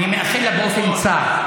אני מאחל לה באופן צר.